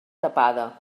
tapada